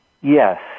Yes